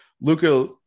Luca